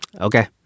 okay